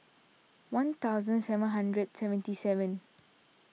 one thousand seven hundred seventy seven